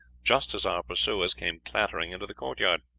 just as our pursuers came clattering into the courtyard.